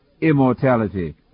immortality